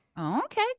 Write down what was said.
Okay